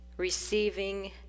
receiving